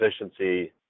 efficiency